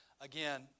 Again